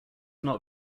not